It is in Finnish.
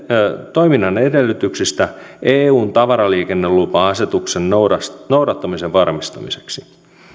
toiminnan edellytyksistä eun tavaraliikennelupa asetuksen noudattamisen noudattamisen varmistamiseksi